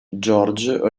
george